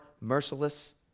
merciless